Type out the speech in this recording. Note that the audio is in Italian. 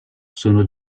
sono